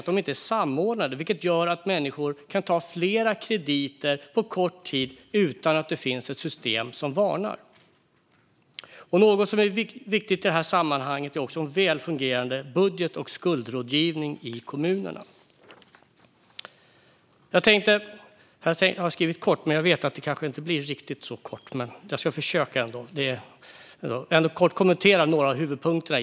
De är inte samordnade, vilket gör att människor kan ta flera krediter på kort tid utan att det finns ett system som varnar. I sammanhanget är det också viktigt med välfungerade budget och skuldrådgivning i kommunerna. Jag tänker kommentera några av huvudpunkterna i betänkandet och ska försöka att hålla det ganska kort.